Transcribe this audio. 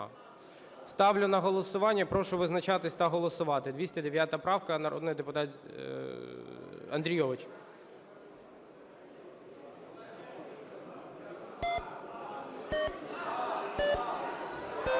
Ставлю на голосування. Прошу визначатись та голосувати. 209 правка, народний депутат Андрійович.